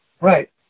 Right